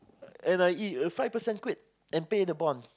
and I eat uh five percent quit and pay the bond